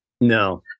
no